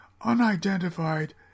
Unidentified